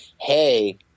hey